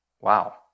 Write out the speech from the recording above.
Wow